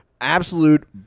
absolute